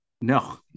No